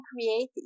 create